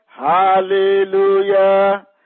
Hallelujah